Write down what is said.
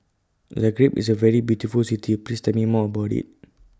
Zagreb IS A very beautiful City Please Tell Me More about IT